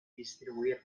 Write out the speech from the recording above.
distribuir